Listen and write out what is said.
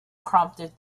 prompted